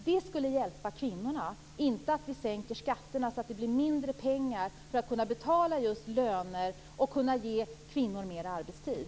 Det skulle hjälpa kvinnorna, inte att vi sänker skatterna så att det blir mindre pengar för att kunna betala just löner och ge kvinnor mer arbetstid.